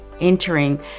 Entering